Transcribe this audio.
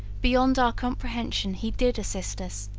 beyond our comprehension he did assist us,